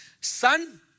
Son